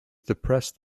depressed